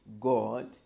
God